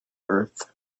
earth